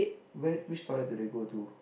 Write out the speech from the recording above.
where which toilet do they go to